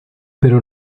pero